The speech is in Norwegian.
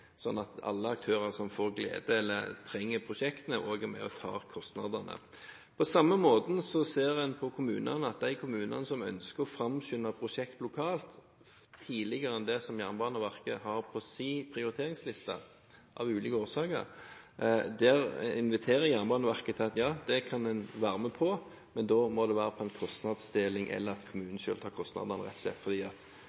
at alle aktører som får glede av det, eller trenger prosjektene, også er med og tar kostnadene. På samme måte, i de tilfellene der kommunene ønsker å framskynde prosjekter lokalt tidligere enn det som Jernbaneverket har på sin prioriteringsliste, av ulike årsaker, inviterer Jernbaneverket til at det kan en være med på, men da må det være en kostnadsdeling, eller at